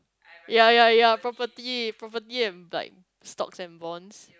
ya ya property property and b~ like stocks and bonds